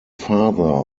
father